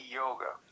yoga